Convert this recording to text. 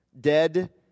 Dead